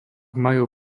majú